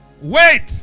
Wait